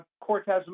Cortez